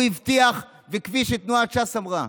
הוא הבטיח, וכפי שתנועת ש"ס אמרה,